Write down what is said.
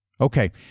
Okay